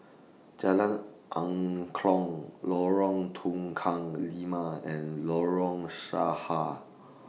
Jalan Angklong Lorong Tukang Lima and Lorong Sarha